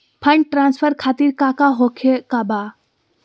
Fund transfer खातिर काका होखे का बा?